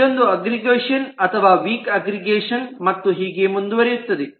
ಇದೋಂದು aggregation ಅಥವಾ weak aggregation ಮತ್ತು ಹೀಗೆ ಮುಂದುವರೆಯುತ್ತದೆ